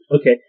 Okay